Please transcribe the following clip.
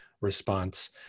response